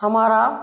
हमारा